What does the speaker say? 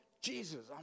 Jesus